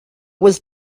was